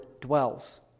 dwells